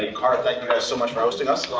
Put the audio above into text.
and cara, thank you guys so much for hosting us.